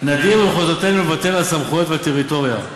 נדיר במחוזותינו ויתור על סמכויות ועל טריטוריה,